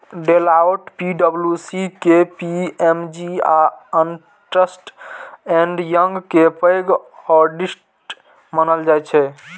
Deloitte, पी.डब्ल्यू.सी, KPMG आ Ernst and Young कें पैघ ऑडिटर्स मानल जाइ छै